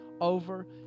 over